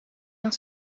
yang